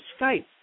Skype